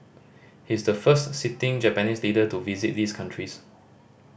he is the first sitting Japanese leader to visit these countries